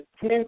Ten